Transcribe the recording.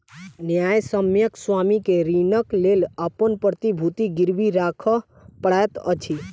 न्यायसम्यक स्वामी के ऋणक लेल अपन प्रतिभूति गिरवी राखअ पड़ैत अछि